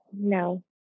No